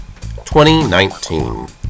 2019